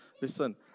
Listen